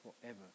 forever